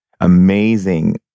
amazing